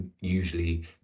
usually